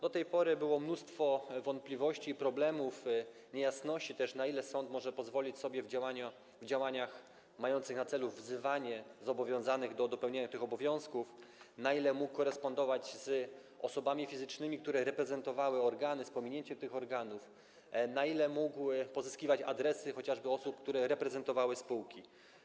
Do tej pory było mnóstwo wątpliwości, problemów i niejasności co do tego, na ile sąd mógł sobie pozwolić w działaniach mających na celu wzywanie zobowiązanych do dopełnienia tych obowiązków, na ile mógł korespondować z osobami fizycznymi, które reprezentowały organy, z pominięciem tych organów, na ile mógł pozyskiwać adresy, chociażby adresy osób, które reprezentowały spółki.